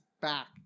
Back